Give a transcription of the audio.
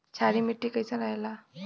क्षारीय मिट्टी कईसन रहेला?